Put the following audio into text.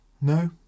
No